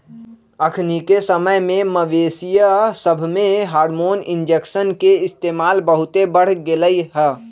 अखनिके समय में मवेशिय सभमें हार्मोन इंजेक्शन के इस्तेमाल बहुते बढ़ गेलइ ह